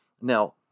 Now